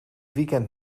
weekend